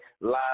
live